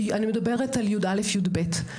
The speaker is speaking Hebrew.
אני מדברת על י"א י"ב.